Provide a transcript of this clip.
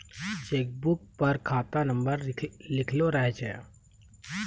cheque book पर खाता number लिखलो रहै छै